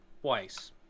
twice